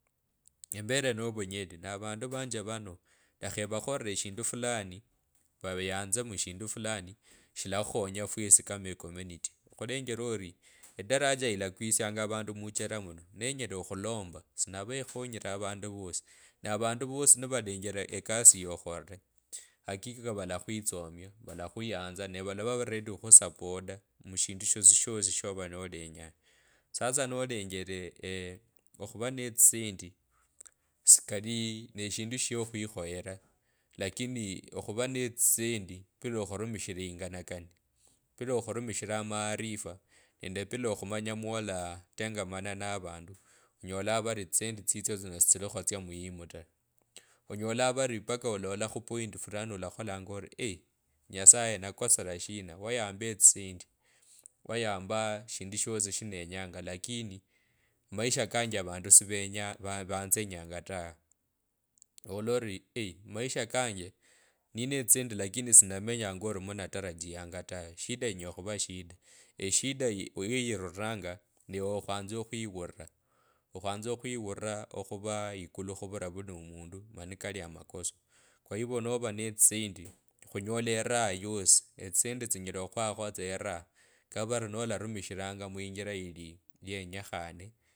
Embele novunyali na avandu vanje ovano lokha erakhoririe eshindu fulani vayanze mushindu fulani shilakhukhonya fwesi kama ecommunity. Khulenjela ori edaraja yila kwisianga avandu muchera muno nenyera okhulemba sinava ekhonyire avandu vosi. Na vondu vosi nivalenjela ekasi ya okherire hakika valakhwitsyomia valakhuyanza na valavwa ready okhukhusala mushindu shosi shosi shova nolenyaya sasa nolenjele okhura netsisendi sikali neshindu sho khwikhoyera lakini khuva netsisendi bila okhurumishila eyinga nakani bila khurumishira. Amaarifa nende bila okhumanya mwolatengamana navandu. onyolanga vari tsisendi tsitsyo tsino sichilekha tsya muhimu ta onyola vari baka olola khopoindi fulani olakhulango ori eei nyesaye nakosela shina wayamba etsisendi wayamba shindu shosi shinenyanga lakini maisha kanje vandu sivenya vanzenyanga tawe nalola ori eeii maisha kanje ninetsisendi lakini sinomenyanga ori munatarajianga tawe shiala inyala khuvaa shina eshida ye weeyiruranga niwe khwanda khwiwurira. Okhwanza khwiura okhuvaa ikulu okhura kila omundu mani kali amatsotso kwa hivyo nova netsisendi khunyola eraha yosi etsisendi tsinyela okhukhwakho tsa eraa. kava vari nolarumishilanga muinjila ili yenyekhane.